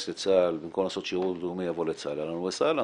לצה"ל במקום לעשות שירות לאומי יבוא לצה"ל אהלן וסהלן,